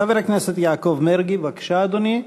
חבר הכנסת יעקב מרגי, בבקשה, אדוני.